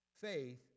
faith